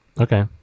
Okay